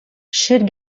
should